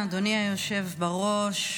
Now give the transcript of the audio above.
אדוני היושב בראש,